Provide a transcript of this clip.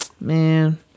man